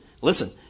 listen